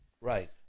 Right